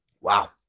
Wow